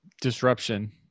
disruption